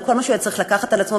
וכל מה שהוא היה צריך לקחת על עצמו,